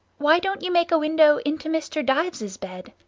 why don't you make a window into mr. dyves's bed?